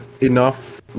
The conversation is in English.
enough